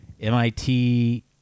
MIT